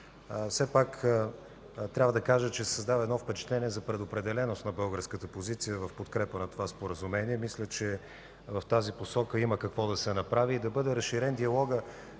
Все пак трябва да кажа, че се създава впечатление за предопределеност на българската позиция в подкрепа на това споразумение. Мисля, че в тази посока има какво да се направи. Да бъде разширен диалогът